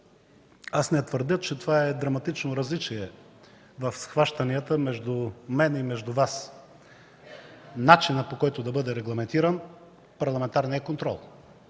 аз не твърдя, че това е драматично различие в схващанията между мен и между Вас – начинът, по който да бъде регламентиран парламентарният контрол,